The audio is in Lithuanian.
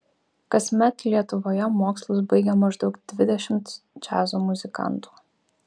kasmet lietuvoje mokslus baigia maždaug dvidešimt džiazo muzikantų